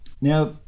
Now